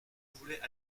voulais